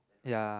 ya